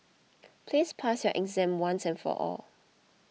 please pass your exam once and for all